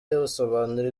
asobanura